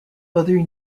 other